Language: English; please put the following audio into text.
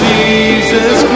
Jesus